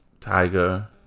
Tiger